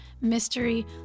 mystery